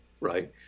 right